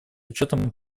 учетом